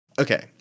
Okay